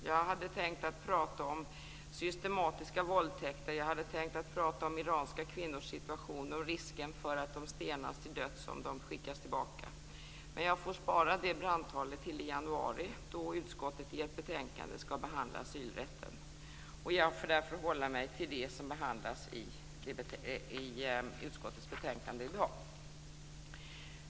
Jag hade tänkt prata om systematiska våldtäkter, jag hade tänkt prata om iranska kvinnors situation och risken för att de stenas till döds om de skickas tillbaka. Men jag får spara det brandtalet till i januari, då utskottet skall behandla asylrätten i ett betänkande. Jag får därför hålla mig till det som behandlas i de utskottsbetänkanden vi behandlar i dag.